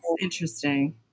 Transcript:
interesting